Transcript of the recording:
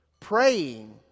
Praying